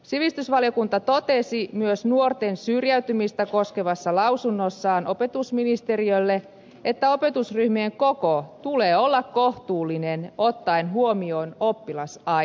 sivistysvaliokunta totesi myös nuorten syrjäytymistä koskevassa lausunnossaan opetusministeriölle että opetusryhmien koko tulee olla kohtuullinen ottaen huomioon oppilasaines